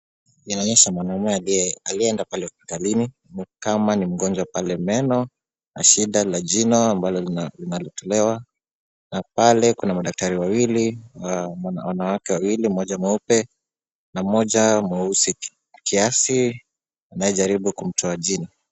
Inaonyesha mwanaume aliyeenda pale hospitalini, kama ni mgonjwa pale meno na shida la jina ambalo linalotolewa na pale kuna madaktari wawili, wanawake wawili, mmoja mweupe na mmoja mweusi kiasi anayejaribu kumtoa jino.